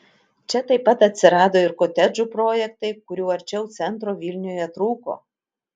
čia taip pat atsirado ir kotedžų projektai kurių arčiau centro vilniuje trūko